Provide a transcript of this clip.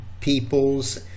peoples